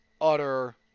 utter